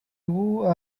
hauts